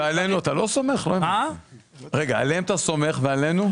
עליהם אתה סומך, ועלינו אתה לא סומך?